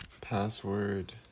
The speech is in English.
password